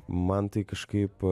man tai kažkaip